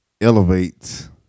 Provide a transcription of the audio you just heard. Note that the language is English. Elevates